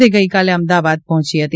તે ગઈકાલે અમદાવાદ પહોંચી હતી